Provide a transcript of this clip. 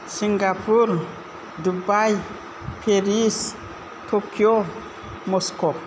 Singapore Dubai Paris Tokyo Moscow